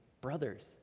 brothers